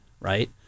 right